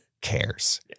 cares